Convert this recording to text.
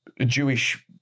Jewish